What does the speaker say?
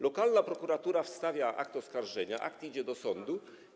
Lokalna prokuratura stawia akt oskarżenia, akt idzie do sądu.